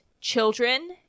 children